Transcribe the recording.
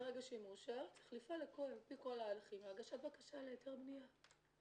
ברגע שהיא מאושרת צריך לפעול על פי כל ההליכים להגשת בקשה להיתר בניה,